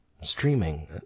streaming